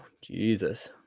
Jesus